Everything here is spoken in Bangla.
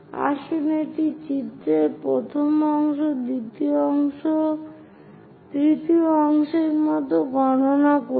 আসুন এটি চিত্রের প্রথম অংশ দ্বিতীয় তৃতীয় অংশের মতো গণনা করি